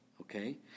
okay